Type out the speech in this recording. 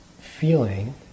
feeling